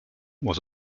was